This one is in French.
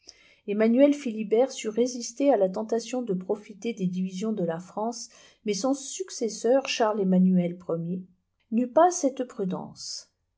emmanuel philibert sut résister à la tentation de profiter des divisions de la france mais son successeur charles emmanuel i n'eut pas cette prudence